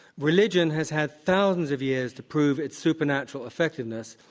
religion has had thousands of years to prove its supernatural effectiveness.